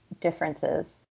differences